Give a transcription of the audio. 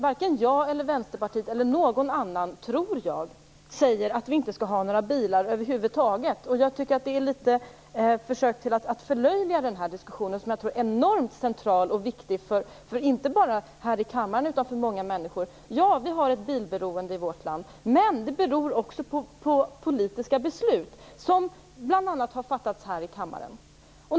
Varken jag, Vänsterpartiet eller någon annan, tror jag, säger att vi inte skall ha några bilar över huvud taget. Jag tycker att det är ett försök att förlöjliga den här diskussionen, som jag tror är enormt central och viktig inte bara här i kammaren utan för många människor. Ja, vi har ett bilberoende i vårt land. Men det beror också på politiska beslut, som bl.a. har fattats här i kammaren.